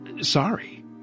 Sorry